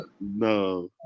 No